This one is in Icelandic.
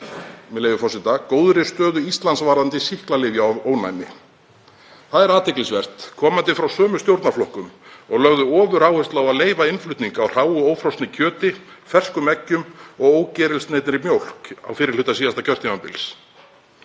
með leyfi forseta: „… góðri stöðu Íslands varðandi sýklalyfjaónæmi“. Það er athyglisvert, komandi frá sömu stjórnarflokkum og lögðu ofuráherslu á að leyfa innflutning á hráu ófrosnu kjöti, ferskum eggjum og ógerilsneyddri mjólk á fyrri hluta síðasta kjörtímabils.